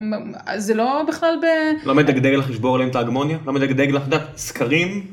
אז זה לא בכלל ב... למה אתה גדל לך לשבור עליהם את ההגמוניה? למה אתה גדל לך? אתה יודע, סקרים?